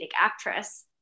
actress